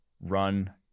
run